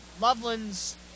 Loveland's